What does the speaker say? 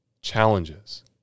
challenges